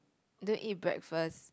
don't eat breakfast